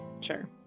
Sure